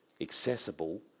accessible